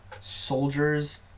soldiers